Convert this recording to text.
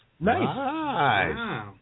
Nice